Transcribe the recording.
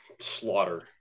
slaughter